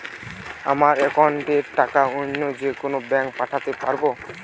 আমার একাউন্টের টাকা অন্য যেকোনো ব্যাঙ্কে পাঠাতে পারব?